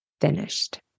finished